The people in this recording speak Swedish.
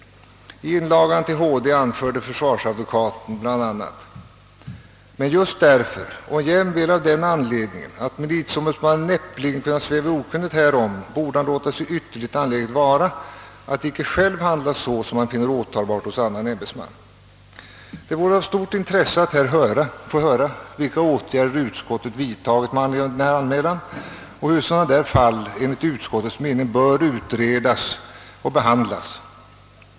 I inlagan till HD anförde försvarsadvokaten bl.a.: »——— men just därför och jämväl av den anledningen, att militieombudsmannen näppeligen kunnat sväva i okunnighet härom, borde han låta sig ytterligt angeläget vara att icke själv handla så, som han finner åtalbart hos annan ämbetsman.» Det vore av stort intresse att här få höra vilka åtgärder utskottet vidtagit med anledning av denna anmälan, och hur sådana här fall enligt utskottets mening bör utredas och behandlas.